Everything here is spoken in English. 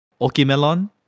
okimelon